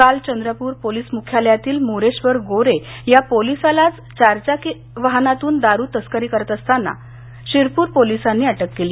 काल चंद्रपूर पोलीस मुख्यालयातील मोरेश्वर गोरे या पोलिसालाच चारचाकी वाहनातून दारू तस्करी करत असतांना शिरपूर पोलिसांनी अटक केली